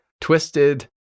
twisted